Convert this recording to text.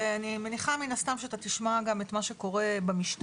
ואני מניחה מן הסתם שאתה תשמע גם את מה שקורה במשטרה,